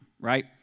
right